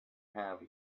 have